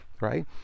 right